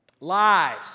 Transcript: lies